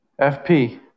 FP